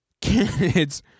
candidates